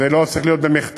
זה לא צריך להיות במחטף.